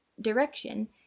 direction